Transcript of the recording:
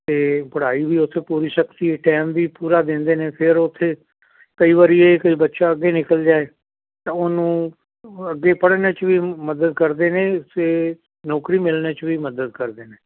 ਅਤੇ ਪੜ੍ਹਾਈ ਵੀ ਉੱਥੇ ਪੂਰੀ ਸਖਤੀ ਟਾਈਮ ਵੀ ਪੂਰਾ ਦਿੰਦੇ ਨੇ ਫਿਰ ਉੱਥੇ ਕਈ ਵਾਰ ਇਹ ਕਈ ਬੱਚਾ ਅੱਗੇ ਨਿਕਲ ਜਾਵੇ ਤਾਂ ਉਹਨੂੰ ਅੱਗੇ ਪੜ੍ਹਨ ਵਿਚ ਵੀ ਮਦਦ ਕਰਦੇ ਨੇ ਅਤੇ ਨੌਕਰੀ ਮਿਲਣੇ 'ਚ ਵੀ ਮਦਦ ਕਰਦੇ ਨੇ